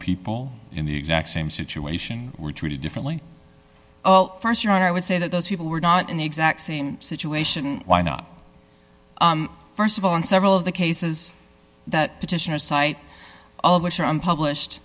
people in the exact same situation were treated differently first your honor i would say that those people were not in the exact same situation why not first of all in several of the cases that petitioners cite all of which are on published